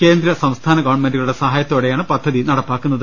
കേന്ദ്ര സംസ്ഥാന ഗവൺ മെന്റുകളുടെ സഹാ യത്തോടെയാണ് പദ്ധതി നടപ്പാക്കുന്നത്